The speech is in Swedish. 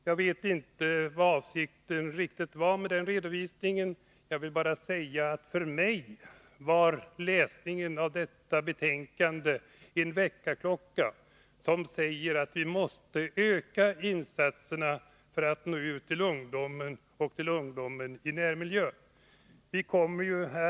Jag vet inte riktigt vad avsikten var med denna redovisning, men jag vill säga att för mig blev läsningen av detta betänkande en väckarklocka som gjorde det uppenbart för mig att vi måste öka insatserna för att nå ut till ungdomen i dess närmiljö.